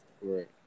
right